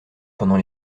pendant